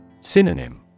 Synonym